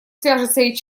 свяжется